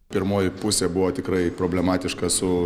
pirmoji pusė buvo tikrai problematiška su